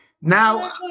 Now